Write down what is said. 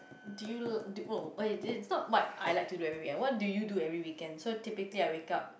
do you l~ oh eh this it's not what I like to do every weekend what do you do every weekend so typically I wake up